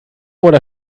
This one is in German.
oder